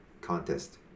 contest